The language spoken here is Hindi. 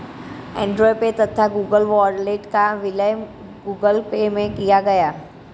एंड्रॉयड पे तथा गूगल वॉलेट का विलय गूगल पे में किया गया